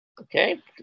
okay